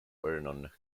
vernon